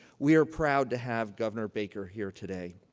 we are proud to have governor baker here today.